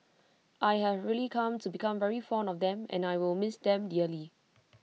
I have really come to become very fond of them and I will miss them dearly